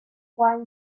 机关